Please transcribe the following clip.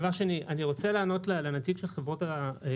דבר שני, אני רוצה לענות לנציג של הבנקים.